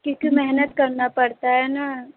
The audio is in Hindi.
क्योंकि मेहनत करना पड़ता है ना